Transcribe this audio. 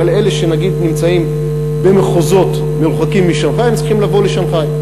אבל אלה שנגיד נמצאים במחוזות מרוחקים משנגחאי צריכים לבוא לשנגחאי.